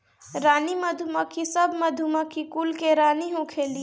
रानी मधुमक्खी सब मधुमक्खी कुल के रानी होखेली